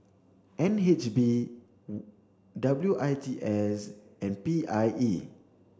N H B W I T S and P I E